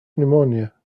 pneumonia